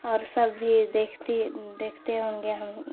اور سب بھی دیکھتی دیکھتے ہوں گے ہم